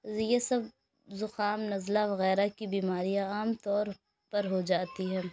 یہ سب زُخام نزلہ وغیرہ كی بیماریاں عام طور پر ہو جاتی ہیں